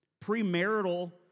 premarital